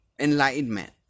Enlightenment